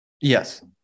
Yes